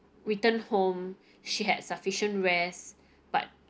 returned home she had sufficient rest but